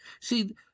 See